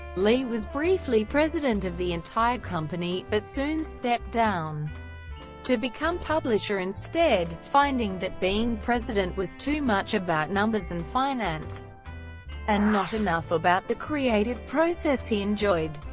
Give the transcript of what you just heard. lee was briefly president of the entire company, but soon stepped down to become publisher instead, finding that being president was too much about numbers and finance and not enough about the creative process he enjoyed.